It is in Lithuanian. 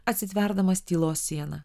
atsitverdamas tylos siena